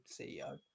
CEO